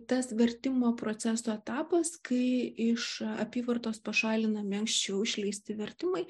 tas vertimo proceso etapas kai iš apyvartos pašalinami anksčiau išleisti vertimai